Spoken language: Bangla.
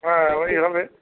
হ্যাঁ ওই হবে